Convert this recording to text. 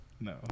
No